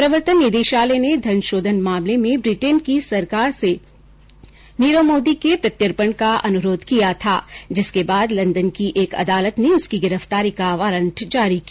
प्रवर्तन निदेशालय ने धनशोधन मामले में ब्रिटेन की सरकार से नीरव मोदी के प्रत्यर्पण का अनुरोध किया था जिसके बाद लंदन की एक अदालत ने उसकी गिरफ्तारी का वारंट जारी किया